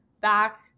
back